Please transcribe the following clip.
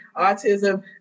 autism